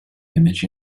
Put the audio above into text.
image